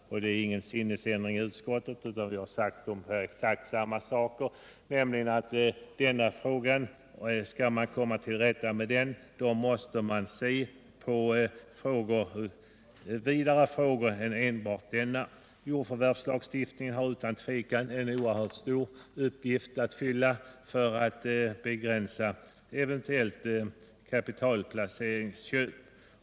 Det har inte skett någon sinnesändring inom utskottet, utan vi har exakt samma uppfattning, nämligen att om man skall komma till rätta med denna fråga måste man se på vidare frågor än enbart denna. Jordförvärvslagstiftningen har utan tvekan en oerhört stor betydelse för att begränsa eventuella kapitalplaceringsköp.